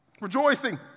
Rejoicing